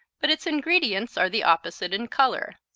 but its ingredients are the opposite in color.